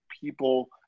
people